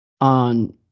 on